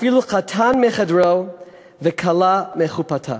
אפילו חתן מחדרו וכלה מחופתה.